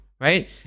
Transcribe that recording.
right